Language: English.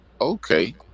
okay